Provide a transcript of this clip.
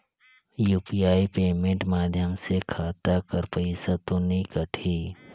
UPI payment माध्यम से खाता कर पइसा तो नी कटही?